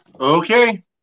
okay